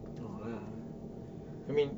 no lah I mean